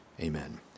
Amen